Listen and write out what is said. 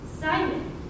Simon